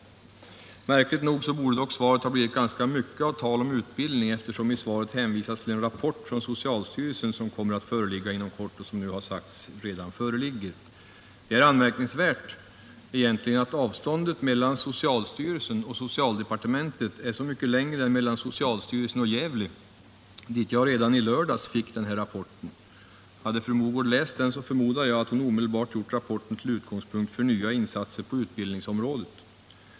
Svaret borde dock ganska mycket ha handlat om utbildning, eftersom det i svaret hänvisas till en rapport från socialstyrelsen som nu föreligger. Det är anmärkningsvärt att avståndet mellan socialstyrelsen och socialdepartementet är så mycket längre än avståndet mellan socialstyrelsen och Gävle, dit jag redan i lördags fick denna rapport. Jag förmodar att fru Mogård, om hon hade läst rapporten, omedelbart skulle ha gjort den till utgångspunkt för nya insatser på utbildningsområdet.